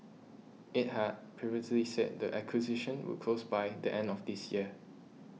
it had previously said the acquisition would close by the end of this year